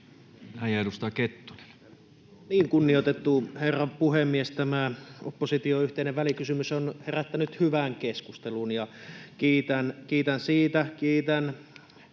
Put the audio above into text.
— Edustaja Kettunen. Kunnioitettu herra puhemies! Tämä opposition yhteinen välikysymyshän on herättänyt hyvän keskustelun, ja kiitän siitä.